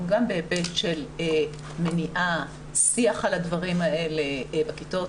גם בהיבט של מניעה, שיח על הדברים האלה בכיתות.